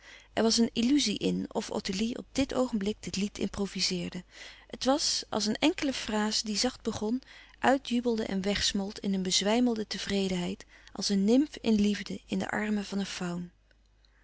er was een illuzie in of ottilie op dit oogenblik dit lied improvizeerde het was als een enkele fraze die zacht begon uitjubelde en wegsmolt in een bezwijmelde tevredenheid als een nymf in liefde in de armen van een faun